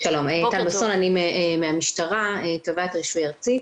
אני מהמשטרה, תובעת רישוי ארצית.